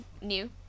new